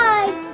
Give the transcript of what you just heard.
Bye